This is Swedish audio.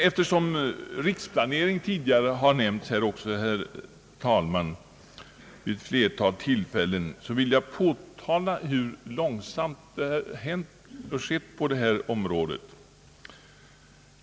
Eftersom riksplanering har nämnts vid ett flertal tillfällen, vill jag påtala vad som har skett på det området.